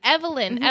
Evelyn